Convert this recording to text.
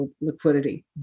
liquidity